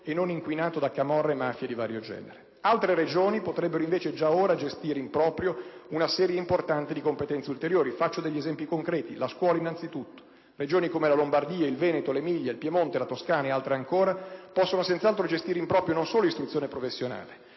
e non inquinato da camorre e mafie di vario genere. Altre Regioni potrebbero invece già ora gestire in proprio una serie importante di competenze ulteriori. Faccio degli esempi concreti: la scuola, innanzitutto. Regioni come la Lombardia, il Veneto, l'Emilia-Romagna, il Piemonte, la Toscana e altre ancora possono senz'altro gestire in proprio non solo l'istruzione professionale,